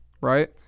right